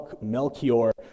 Melchior